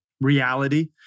reality